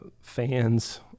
fans